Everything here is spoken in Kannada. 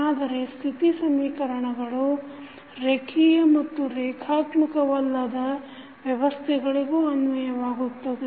ಆದರೆ ಸ್ಥಿತಿ ಸಮೀಕರಣಗಳು ರೇಖಿಯ ಮತ್ತು ರೇಖಾತ್ಮಕವಲ್ಲದ ವ್ಯವಸ್ಥೆಗಳಿಗೂ ಅನ್ವಯವಾಗುತ್ತದೆ